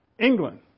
England